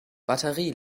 batterie